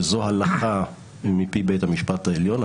וזו הלכה מפי בית המשפט העליון,